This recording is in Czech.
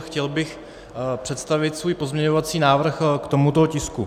Chtěl bych představit svůj pozměňovací návrh k tomuto tisku.